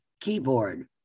keyboard